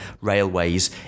railways